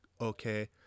okay